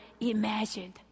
imagined